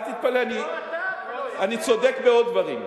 אל תתפלא, אני צודק בעוד דברים.